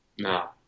No